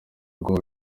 rwo